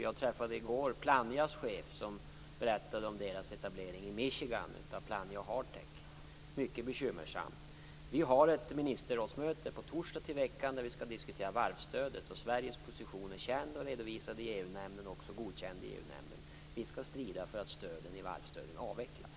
Jag träffade i går Plannjas chef som berättade om deras etablering i Michigan av Plannja Hardtech som är mycket bekymmersam. På torsdag har vi ett ministerrådsmöte då vi skall diskutera varvsstödet. Sveriges position är känd och redovisad i EU-nämnden och godkänd där. Vi skall strida för att varvsstöden avvecklas.